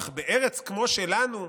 אך בארץ כמו שלנו"